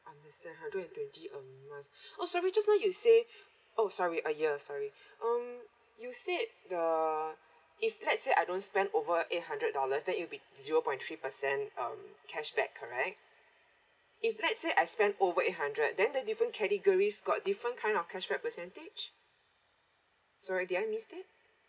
understand hundred and twenty a month oh sorry just now you say oh sorry a year sorry um you said the if let's say I don't spend over eight hundred dollars then it'll be zero point three percent um cashback correct if let's say I spent over eight hundred then the different categories got different kind of cashback percentage sorry did I miss it